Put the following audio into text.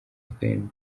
twembi